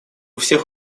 всех